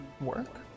work